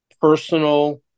personal